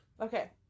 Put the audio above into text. Okay